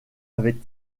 avait